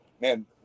man